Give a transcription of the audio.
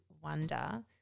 wonder